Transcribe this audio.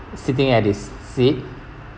sitting at his seat